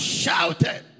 shouted